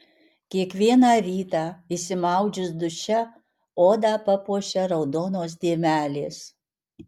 kiekvieną rytą išsimaudžius duše odą papuošia raudonos dėmelės